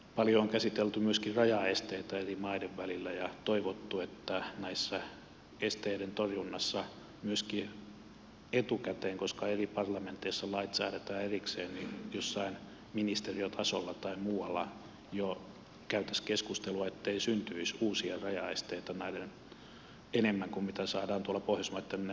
paljon on käsitelty myöskin rajaesteitä eri maiden välillä ja toivottu että näiden esteiden torjunnassa myöskin etukäteen koska eri parlamenteissa lait säädetään erikseen jossain ministeriötasolla tai muualla jo käytäisiin keskustelua ettei syntyisi uusia rajaesteitä enemmän kuin mitä saadaan tuolla pohjoismaiden neuvoston työn ansiosta purettua